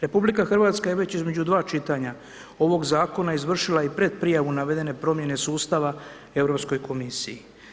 RH je već između dva čitanja ovog zakona izvršila i predprijavu navedene promjene sustava Europskoj komisiji.